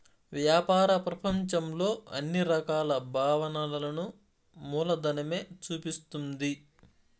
వ్యాపార ప్రపంచంలో అన్ని రకాల భావనలను మూలధనమే చూపిస్తుంది